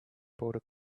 bought